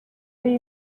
ari